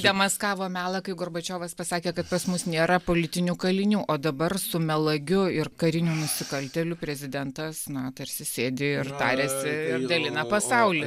demaskavo melą kai gorbačiovas pasakė kad pas mus nėra politinių kalinių o dabar su melagiu ir kariniu nusikaltėliu prezidentas na tarsi sėdi ir tariasi ir dalina pasaulį